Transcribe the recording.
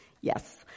Yes